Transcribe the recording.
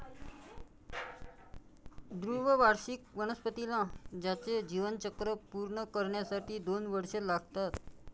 द्विवार्षिक वनस्पतीला त्याचे जीवनचक्र पूर्ण करण्यासाठी दोन वर्षे लागतात